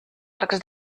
arcs